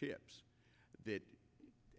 that did